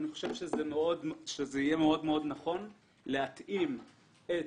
לדעתי זה יהיה מאוד נכון להתאים את